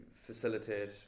facilitate